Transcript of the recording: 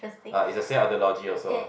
ah it's the same ideology also lah